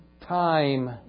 time